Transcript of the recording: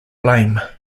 blame